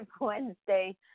Wednesday